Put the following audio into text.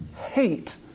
hate